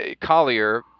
Collier